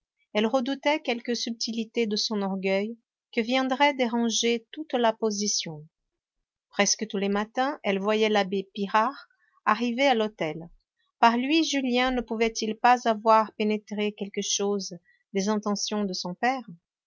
elle redoutait quelque subtilité de son orgueil qui viendrait déranger toute la position presque tous les matins elle voyait l'abbé pirard arriver à l'hôtel par lui julien ne pouvait-il pas avoir pénétré quelque chose des intentions de son père